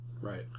Right